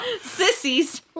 Sissies